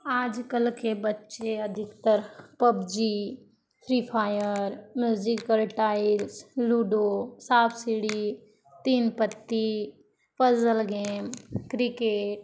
आजकल के बच्चे अधिकतर PUBG free fire magical tiles ludo साँप सीढ़ी तीन पत्ती पज़ल गेम क्रिकेट